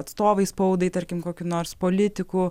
atstovai spaudai tarkim kokių nors politikų